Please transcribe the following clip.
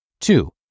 Two